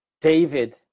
David